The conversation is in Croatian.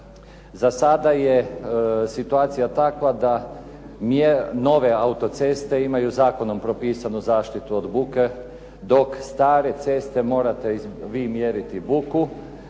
Za sada je situacija takva da nove autoceste imaju zakonom propisanu zaštitu od buke dok stare ceste morate vi mjeriti buku,